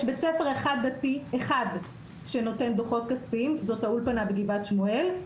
יש בית ספר דתי אחד שנותן דוחות כספיים וזאת האולפנה בגבעת שמואל.